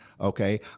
Okay